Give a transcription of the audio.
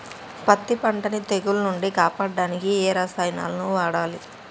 పత్తి పంటని తెగుల నుంచి కాపాడడానికి ఏ రసాయనాలను వాడాలి?